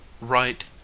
right